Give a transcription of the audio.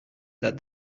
that